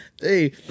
Hey